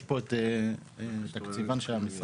יש פה את התקציבן של המשרד.